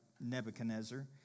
Nebuchadnezzar